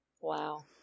Wow